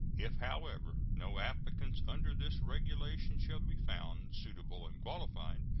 if, however, no applicants under this regulation shall be found suitable and qualified,